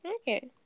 okay